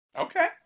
Okay